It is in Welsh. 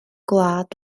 gwlad